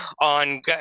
on